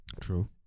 true